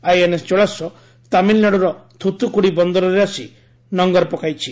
INS Jalashwa ତାମିଲ୍ନାଡୁର ଥୁଥୁକୁଡ଼ି ବନ୍ଦରରେ ଆସି ନଙ୍ଗର ପକାଇଛି